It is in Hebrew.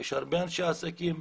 יש הרבה אנשי עסקים,